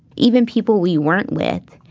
even people we weren't with,